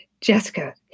Jessica